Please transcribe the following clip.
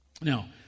Now